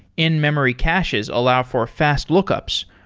in-memory caches allow for fast lookups.